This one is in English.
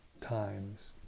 times